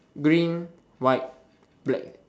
green white black